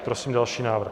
Prosím další návrh.